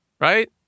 right